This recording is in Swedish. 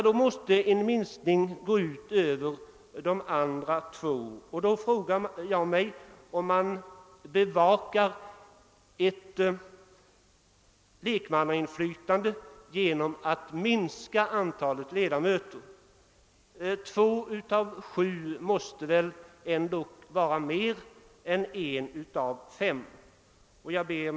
Då måste en minskning gå ut över de andra två ledamöterna, och jag frågar mig om man bevakar lekmannainflytandet genom att minska antalet ledamöter. Två av sju är ju ändå mer än en av fem. Herr talman!